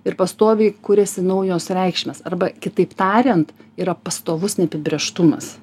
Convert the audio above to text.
ir pastoviai kuriasi naujos reikšmės arba kitaip tariant yra pastovus neapibrėžtumas